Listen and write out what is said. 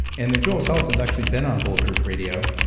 and then joel salatin's actually been on bulletproof radio,